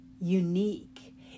unique